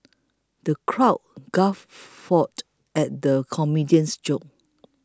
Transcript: the crowd guffawed at the comedian's jokes